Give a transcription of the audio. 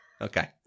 Okay